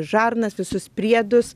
žarnas visus priedus